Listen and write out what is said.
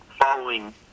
following